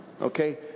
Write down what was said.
Okay